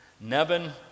Nevin